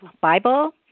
Bible